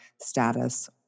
status